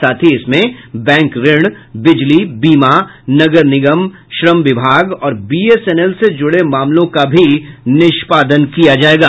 साथ ही इसमें बैंक ऋण बिजली बीमा नगर निगम श्रम विभाग और बीएसएनएल से जुड़े मामलों का भी निष्पादन किया जायेगा